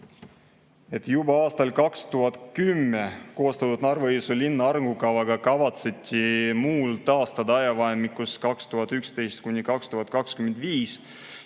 juba aastal 2010 koostatud Narva-Jõesuu linna arengukavaga kavatseti muul taastada ajavahemikus 2011–2025.